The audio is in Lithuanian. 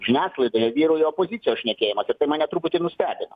žiniasklaidoje vyrauja opozicijos šnekėjimas ir tai mane truputį nustebino